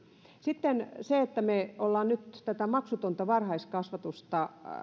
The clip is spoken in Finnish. sitten se että nyt tätä maksutonta varhaiskasvatusta